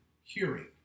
hearing